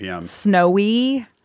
snowy